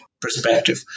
perspective